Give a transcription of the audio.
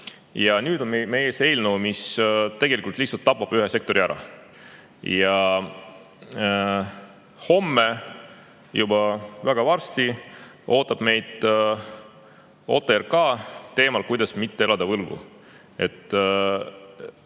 Nüüd on meie ees eelnõu, mis tegelikult lihtsalt tapab ühe sektori ära. Homme, juba väga varsti ootab meid OTRK teemal, kuidas mitte elada võlgu.